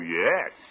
yes